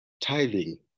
tithing